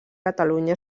catalunya